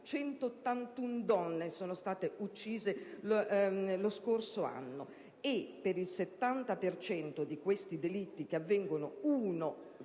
181 donne sono state uccise lo scorso anno ed il 70 per cento di questi delitti (che avvengono uno